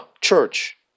church